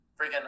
freaking